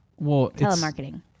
telemarketing